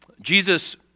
Jesus